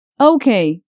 Okay